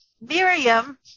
Miriam